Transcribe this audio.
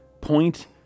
point